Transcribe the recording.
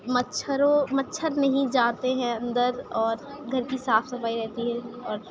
مچھروں مچھر نہیں جاتے ہیں اندر اور گھر کی صاف صفائی رہتی ہے اور